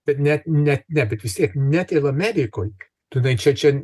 bet net net net tik vis tiek net ir amerikoj tu jinai čia čia